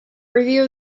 review